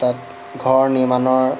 তাত ঘৰ নিৰ্মাণৰ